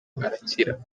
arakira